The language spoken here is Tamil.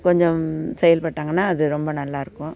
கொஞ்சம் செயல்பட்டாங்கன்னா அது ரொம்ப நல்லா இருக்கும்